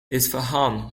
isfahan